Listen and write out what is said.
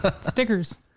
stickers